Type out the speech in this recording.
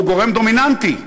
שהוא גורם דומיננטי שמכיל,